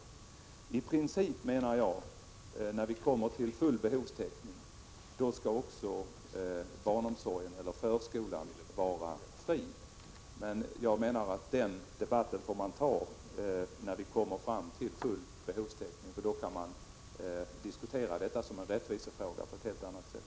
I princip menar jag att när vi uppnår full behovstäckning skall förskolan vara fri. Den debatten får man ta när vi uppnår full behovstäckning. Då kan man diskutera denna fråga såsom en rättvisefråga på ett helt annat sätt.